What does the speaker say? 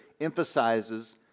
emphasizes